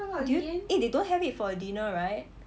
do you~ eh they don't have it for dinner right